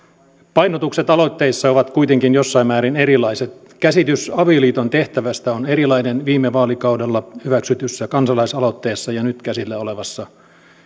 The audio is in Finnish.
painotukset aloitteissa ovat kuitenkin jossain määrin erilaiset käsitys avioliiton tehtävästä on erilainen viime vaalikaudella hyväksytyssä kansalaisaloitteessa ja nyt käsillä olevassa